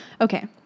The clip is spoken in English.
Okay